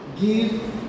give